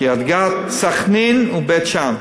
קריית-גת, סח'נין ובית-שאן.